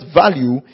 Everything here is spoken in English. value